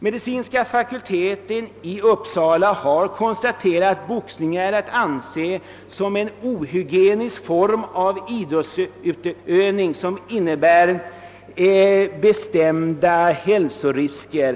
Medicinska fakulteten i Uppsala har konstaterat att »boxning är att anse som en ohygienisk form av idrottsutövning, som innebär bestämda hälsorisker».